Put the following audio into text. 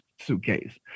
suitcase